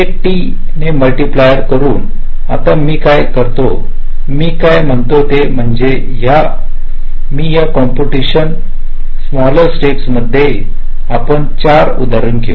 हे T ने multiplier करू आता मी काय करते मी काय म्हणते ते म्हणजे या मी हे कॉम्पुटेशनल स्मॉलअर स्टेप्स मध्ये आपण चार उद्धरण घेऊ